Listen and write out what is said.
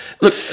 look